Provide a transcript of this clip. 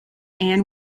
ann